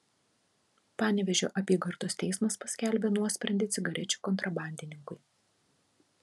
panevėžio apygardos teismas paskelbė nuosprendį cigarečių kontrabandininkui